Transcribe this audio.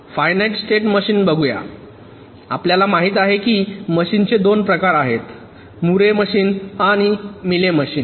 finite state machine बघुया आपल्याला माहित आहे की मशीनचे 2 प्रकार आहेत मुरे मशीन आणि मेली मशीन